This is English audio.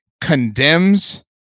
condemns